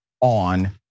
on